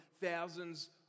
thousands